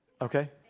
Okay